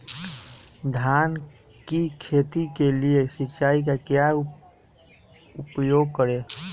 धान की खेती के लिए सिंचाई का क्या उपयोग करें?